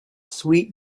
sweet